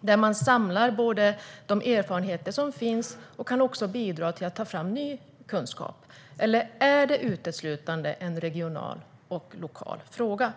där man samlar de erfarenheter som finns och kan bidra till att ta fram ny kunskap, eller är detta uteslutande en regional och lokal fråga?